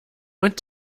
und